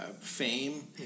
fame